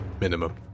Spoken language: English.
Minimum